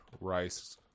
rice